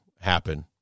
happen